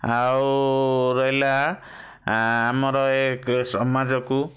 ଆଉ ରହିଲା ଆମର ଏ ସମାଜକୁ